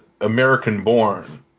american-born